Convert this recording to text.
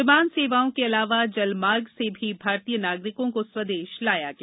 विमान सेवाओं के अलावा जल मार्ग से भी भारतीय नागरिकों को स्वदेश लाया गया